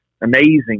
amazing